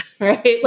right